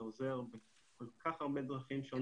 זה עוזר בכל כך הרבה דרכים שונות.